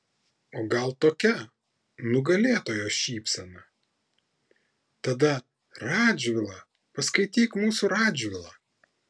o gal tokia nugalėtojo šypsena tada radžvilą paskaityk mūsų radžvilą